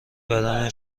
بدن